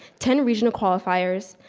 ten regional qualifiers,